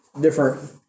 different